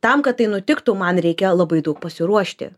tam kad tai nutiktų man reikia labai daug pasiruošti